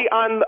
on